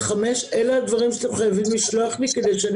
אני רוצה להוסיף נקודה שעלתה,